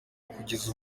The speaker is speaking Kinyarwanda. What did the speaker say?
kugeza